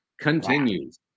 continues